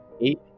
Eight